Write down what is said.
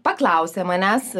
paklausė manęs